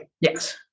Yes